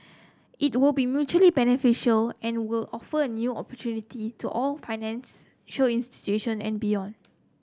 it will be mutually beneficial and will offer new opportunities to our financial institutions and beyond